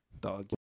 Dog